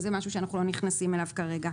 זה משהו שאנחנו לא נכנסים אליו כרגע.